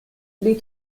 les